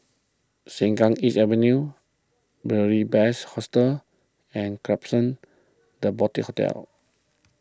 Sengkang East Avenue Beary Best Hostel and Klapsons the Boutique Hotel